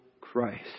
Christ